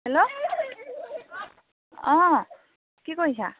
hello অঁ কি কৰিছা